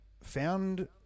found